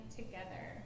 together